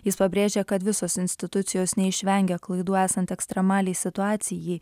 jis pabrėžia kad visos institucijos neišvengia klaidų esant ekstremaliai situacijai